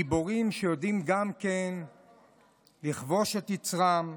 גיבורים שיודעים גם כן לכבוש את יצרם,